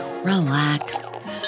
Relax